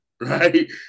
Right